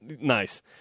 Nice